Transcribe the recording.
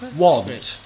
want